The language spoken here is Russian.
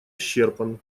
исчерпан